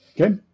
Okay